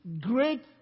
great